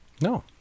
No